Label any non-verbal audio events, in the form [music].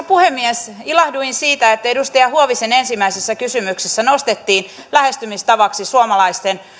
[unintelligible] puhemies ilahduin siitä että edustaja huovisen ensimmäisessä kysymyksessä nostettiin lähestymistavaksi suomalaisten